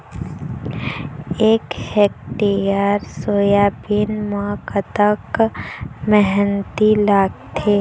एक hectare soybean म कतक मेहनती लागथे?